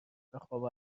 خوابو